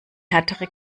härtere